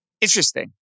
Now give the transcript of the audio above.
Interesting